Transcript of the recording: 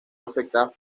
afectadas